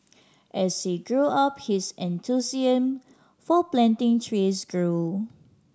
as he grew up his enthusiasm for planting trees grew